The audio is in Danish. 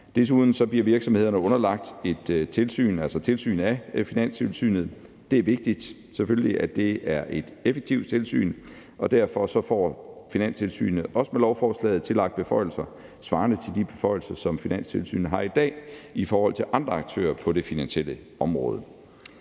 Desuden bliver virksomhederne underlagt et tilsyn, altså tilsyn af Finanstilsynet. Det er selvfølgelig vigtigt, at det er et effektivt tilsyn, og derfor får Finanstilsynet også med lovforslaget tillagt beføjelser svarende til de beføjelser, som Finanstilsynet har i dag i forhold til andre aktører på det finansielle område.